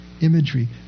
imagery